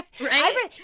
right